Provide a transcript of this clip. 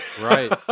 Right